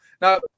Now